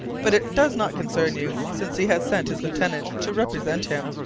but it does not concern you, since he has sent his lieutenant to represent him.